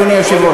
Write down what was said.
אדוני היושב-ראש,